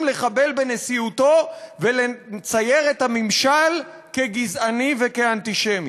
לחבל בנשיאותו ולצייר את הממשל כגזעני ואנטישמי.